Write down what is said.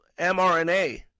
mRNA